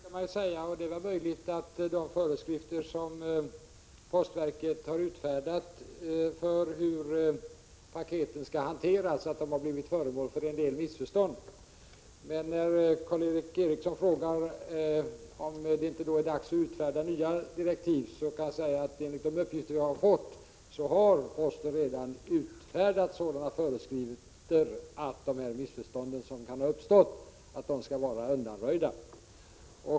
Om postverkets paket Fru talman! Ingen rök utan eld, brukar man säga. Det är möjligt att de befordran föreskrifter som postverket har utfärdat för hur paketen skall hanteras har blivit föremål för en del missförstånd. Men när Karl Erik Eriksson frågar om det inte är dags att utfärda nya direktiv kan jag säga att posten, enligt de uppgifter vi har fått, redan har utfärdat sådana föreskrifter att de missförstånd som kan ha uppstått skall vara undanröjda.